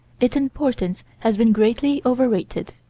its importance has been greatly over-rated.